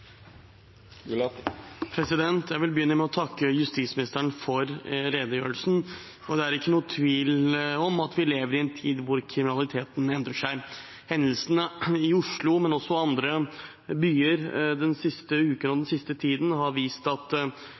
Jeg vil begynne med å takke justisministeren for redegjørelsen. Det er ikke noen tvil om at vi lever i en tid da kriminaliteten endrer seg. Hendelsene i Oslo, men også i andre byer, den siste uken og den siste tiden, har gjort at